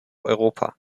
europa